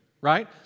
right